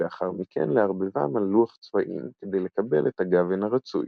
ולאחר מכן לערבבם על לוח צבעים כדי לקבל את הגוון הרצוי.